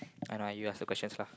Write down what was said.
I know you ask the questions lah